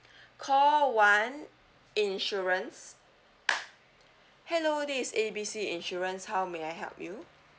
call one insurance hello this is A B C insurance how may I help you